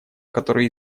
которые